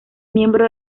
miembro